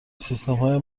سیستمهای